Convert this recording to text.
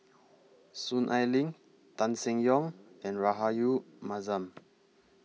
Soon Ai Ling Tan Seng Yong and Rahayu Mahzam